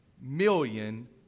million